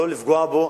לא לפגוע בו,